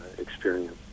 experience